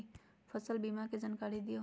फसल बीमा के जानकारी दिअऊ?